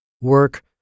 work